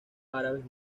árabes